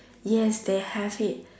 yes they have it